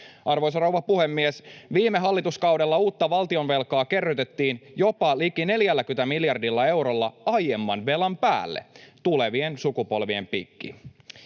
Arvoisa rouva puhemies! Viime hallituskaudella uutta valtionvelkaa kerrytettiin jopa liki 40 miljardilla eurolla aiemman velan päälle, tulevien sukupolvien piikkiin.